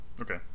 Okay